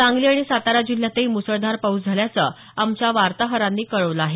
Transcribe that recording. सांगली आणि सातारा जिल्ह्यातही मुसळधार पाऊस झाल्याचं आमच्या वार्ताहरांनी कळवलं आहे